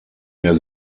mehr